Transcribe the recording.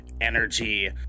Energy